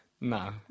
No